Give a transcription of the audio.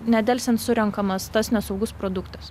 nedelsiant surenkamas tas nesaugus produktas